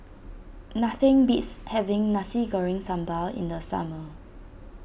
nothing beats having Nasi Goreng Sambal in the summer